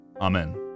Amen